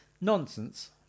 Nonsense